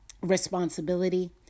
responsibility